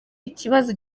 ikibazo